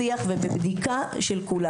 בשיח ובבדיקה של כולם.